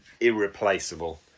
irreplaceable